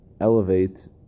elevate